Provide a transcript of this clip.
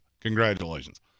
Congratulations